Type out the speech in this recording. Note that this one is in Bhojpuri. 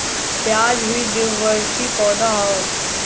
प्याज भी द्विवर्षी पौधा हअ